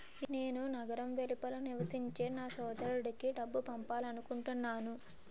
నేను నగరం వెలుపల నివసించే నా సోదరుడికి డబ్బు పంపాలనుకుంటున్నాను